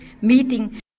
meeting